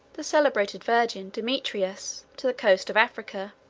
the celebrated virgin, demetrias, to the coast of africa.